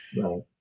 Right